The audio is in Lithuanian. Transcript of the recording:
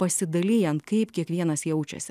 pasidalijant kaip kiekvienas jaučiasi